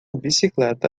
bicicleta